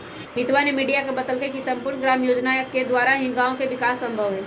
अमितवा ने मीडिया के बतल कई की सम्पूर्ण ग्राम रोजगार योजना के द्वारा ही गाँव के विकास संभव हई